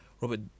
Robert